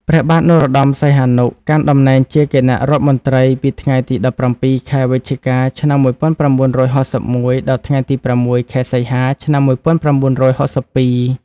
ព្រះបាទនរោត្តម សីហនុ កាន់តំណែងជាគណៈរដ្ឋមន្ត្រីពីថ្ងៃទី១៧ ខែវិច្ឆិកា ឆ្នាំ១៩៦១ ដល់ថ្ងៃទី ៦ ខែសីហា ឆ្នាំ១៩៦២។